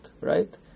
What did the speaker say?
right